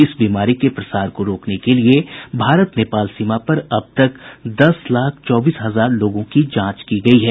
इस बीमारी के प्रसार को रोकने के लिए भारत नेपाल सीमा पर अब तक दस लाख चौबीस हजार लोगों की जांच की गई है